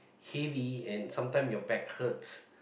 heavy and sometime your back hurts